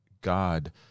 God